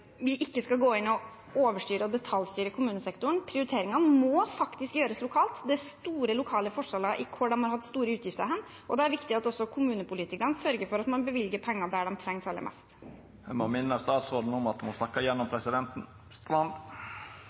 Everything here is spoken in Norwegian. gå inn og overstyre og detaljstyre kommunesektoren. Prioriteringene må faktisk gjøres lokalt. Det er store lokale forskjeller i hvor de har hatt store utgifter, og da er det viktig at kommunepolitikerne sørger for at man bevilger penger der de trengs aller mest. Senterpartiet er definitivt enig i at det er gjennom rammen vi må